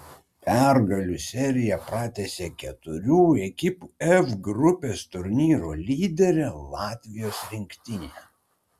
pergalių seriją pratęsė keturių ekipų f grupės turnyro lyderė latvijos rinktinė